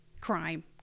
crime